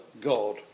God